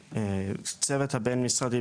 הצוות הבין משרדי,